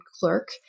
clerk